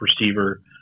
receiver